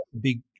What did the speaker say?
big